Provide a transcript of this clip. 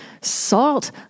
Salt